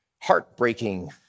heartbreaking